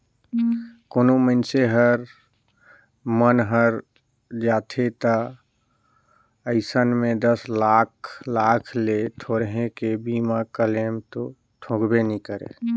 कोनो मइनसे हर मन हर जाथे त अइसन में दस लाख लाख ले थोरहें के बीमा क्लेम तो ठोकबे नई करे